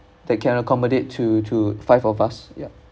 that can accommodate to to five of us ya